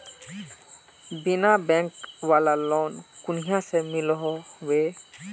बिना बैंक वाला लोन कुनियाँ से मिलोहो होबे?